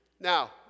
Now